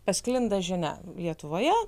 pasklinda žinia lietuvoje